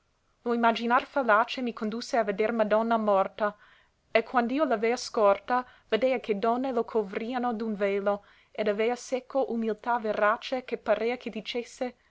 lo imaginar fallace mi condusse a veder madonna morta e quand'io l'avea scorta vedea che donne la covrìan d'un velo ed avea seco umilità verace che parea che dicesse